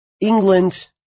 England